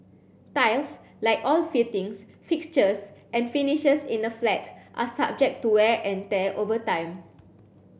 tiles like all fittings fixtures and finishes in a flat are subject to wear and tear over time